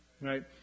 Right